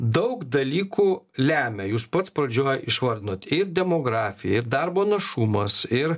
daug dalykų lemia jūs pats pradžioj išvardinot ir demografija ir darbo našumas ir